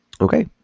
Okay